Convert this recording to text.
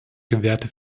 gewährte